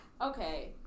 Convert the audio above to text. Okay